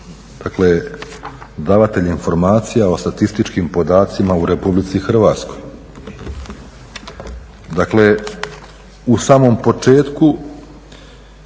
DSZ davatelj informacija o statističkim podacima u RH. dakle u samom početku